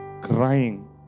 crying